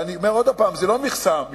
ואני אומר עוד הפעם, זו לא מכסה משפחתית,